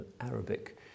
Arabic